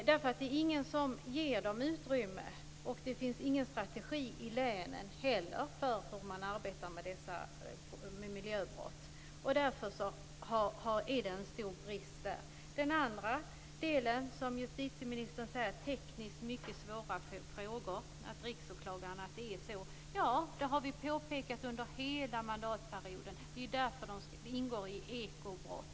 Det är ingen som ger dem utrymme, och det finns inte heller någon strategi i länen för hur man arbetar med dessa miljöbrott. Därför finns det en stor brist här. Den andra delen som justitieministern nämner är att det här är tekniskt mycket svåra frågor. Det har vi påpekat under hela mandatperioden. Det är därför brotten ingår i ekobrott.